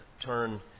turn